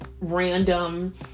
random